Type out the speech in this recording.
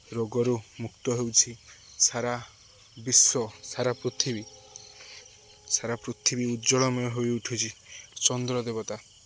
ରୋଗରୁ ମୁକ୍ତ ହେଉଛି ସାରା ବିଶ୍ଵ ସାରା ପୃଥିବୀ ସାରା ପୃଥିବୀ ଉଜ୍ଜଳମୟ ହୋଇଉଠୁଛି ଚନ୍ଦ୍ର ଦେବତା